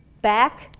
back?